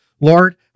Lord